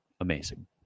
amazing